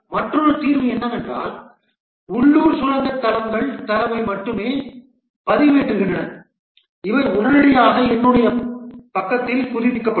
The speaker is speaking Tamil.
ஆனால் மற்றொரு தீர்வு என்னவென்றால் உள்ளூர் சுரங்க தளங்கள் தரவை மட்டுமே பதிவேற்றுகின்றன இவை உடனடியாக என்னுடைய பக்கத்தில் புதுப்பிக்கப்படும்